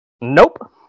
Nope